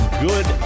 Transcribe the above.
Good